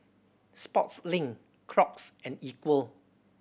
Sportslink Crocs and Equal